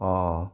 অঁ